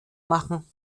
machen